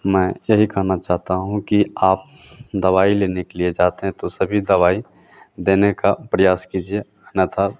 मैं यही कहना चाहता हूँ कि आप दवाई लेने के लिए जाते हैं तो सभी दवाई देने का प्रयास कीजिए अन्यतः